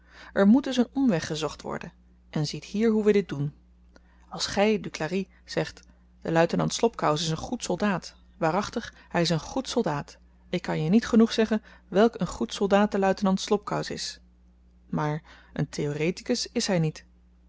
er moet dus een omweg gezocht worden en ziet hier hoe we dit doen als gy duclari zegt de luitenant slobkous is een goed soldaat waarachtig hy is een goed soldaat ik kan je niet genoeg zeggen welk een goed soldaat de luitenant slobkous is maar een theoretikus is hy niet